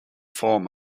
form